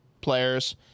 players